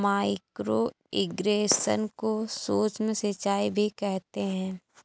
micro irrigation को सूक्ष्म सिंचाई भी कहते हैं